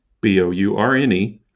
B-O-U-R-N-E